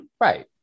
Right